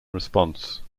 response